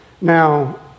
Now